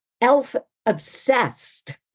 Elf-obsessed